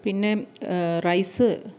പിന്നേ റൈസ്